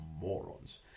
morons